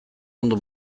ondo